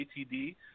ATD